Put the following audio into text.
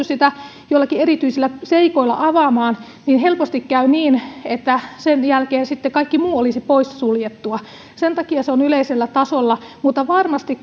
sitä joillakin erityisillä seikoilla avaamaan niin helposti kävisi niin että sen jälkeen sitten kaikki muu olisi pois suljettua sen takia se on yleisellä tasolla mutta varmasti